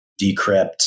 Decrypt